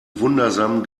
wundersamen